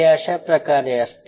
हे अशाप्रकारे असते